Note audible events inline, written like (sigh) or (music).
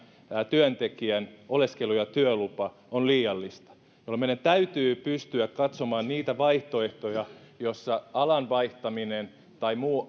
työntekijän oleskelu ja työlupa on liiallista meidän täytyy pystyä katsomaan niitä vaihtoehtoja joissa alan vaihtaminen tai muu (unintelligible)